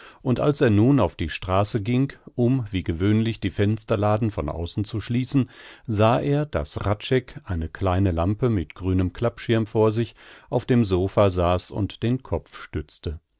und als er nun auf die straße ging um wie gewöhnlich die fensterladen von außen zu schließen sah er daß hradscheck eine kleine lampe mit grünem klappschirm vor sich auf dem sopha saß und den kopf stützte